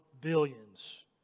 billions